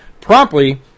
promptly